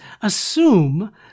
assume